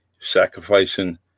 sacrificing